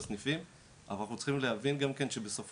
ואני מבין את הבעיה שבסניפים,